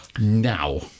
now